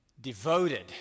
devoted